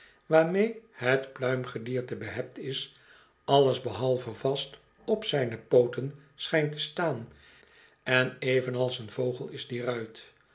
waarmee het pluimgediertc behept is alles behalve vast op zijne pooten schijnt te staan en evenals een vogel is die ruit